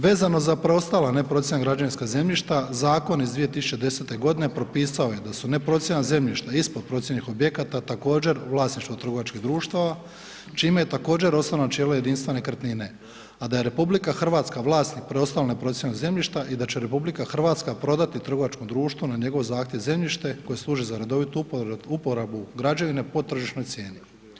Vezano za preostala neprocijenjena građevinska zemljišta zakon iz 2010. godine propisao je da su neprocijenjena zemljišta ispod procijenjenih objekata također vlasništvo trgovačkih društava čime je također osnovno načelo jedinstva nekretnine, a da je RH vlasnik preostalog neprocijenjenog zemljišta i da će RH prodati trgovačkom društvu na njegov zahtjev zemljište koje služi za redovitu uporabu građevine po tržišnoj cijeni.